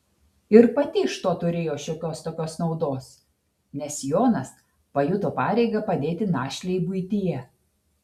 ir pati iš to turėjo šiokios tokios naudos nes jonas pajuto pareigą padėti našlei buityje